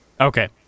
Okay